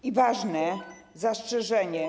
Mam ważne zastrzeżenie.